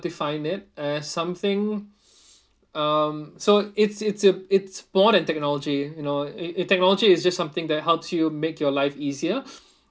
define it as something um so it's it's it's it's more than technology you know it technology is just something that helps you make your life easier